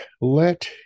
let